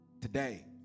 Today